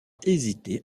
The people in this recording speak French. hésité